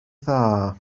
dda